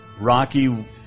Rocky